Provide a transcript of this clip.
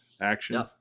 action